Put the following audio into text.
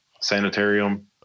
sanitarium